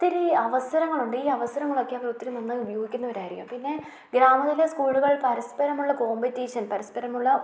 ഒത്തിരി അവസരങ്ങളുണ്ട് ഈ അവസരങ്ങളൊക്കെ അവർ ഒത്തിരി നന്നായി ഉപയോഗിക്കുന്നവരായിരിക്കും പിന്നെ ഗ്രാമത്തിലെ സ്കൂളുകൾ പരസ്പരമുള്ള കോമ്പെറ്റീഷൻ പരസ്പരമുള്ള